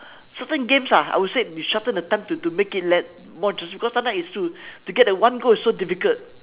certain games ah I would say you shorten the time to to make it less more interesting cause sometimes is to to get that one goal is so difficult